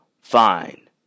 fine